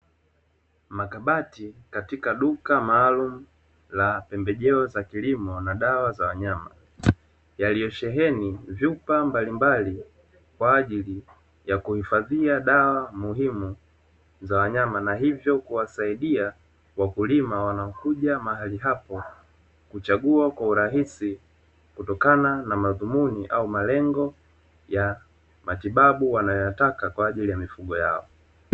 Makabati katika duka maalumu la pembejeo za kilimo na dawa za wanyama; yaliyosheheni vyupa mbalimbali kwaajili ya kuhifadhia dawa muhimu za wanyama, na hivyo kuwasaidia wakulima wanaokuja mahali hapo kuchagua kwa urahisi kutokana na madhumuni au malengo ya matibabu wanayoyataka kwaajili ya mifugo yao.